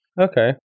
okay